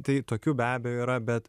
tai tokių be abejo yra bet